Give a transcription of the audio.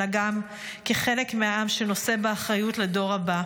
אלא גם כחלק מהעם שנושא באחריות לדור הבא,